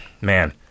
man